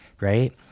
right